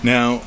Now